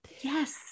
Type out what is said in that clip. Yes